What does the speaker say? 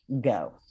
go